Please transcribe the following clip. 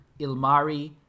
Ilmari